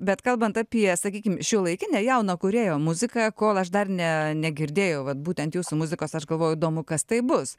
bet kalbant apie sakykim šiuolaikinę jauno kūrėjo muziką kol aš dar ne negirdėjau vat būtent jūsų muzikos aš galvoju įdomu kas tai bus